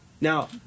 Now